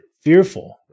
fearful